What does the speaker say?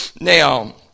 Now